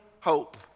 hope